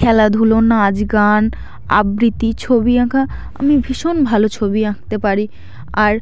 খেলাধুলো নাচ গান আবৃত্তি ছবি আঁকা আমি ভীষণ ভালো ছবি আঁকতে পারি আর